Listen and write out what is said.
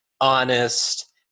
honest